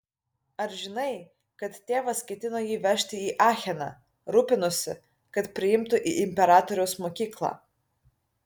ar žinai kad tėvas ketino jį vežti į acheną rūpinosi kad priimtų į imperatoriaus mokyklą